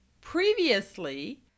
previously